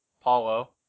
Paulo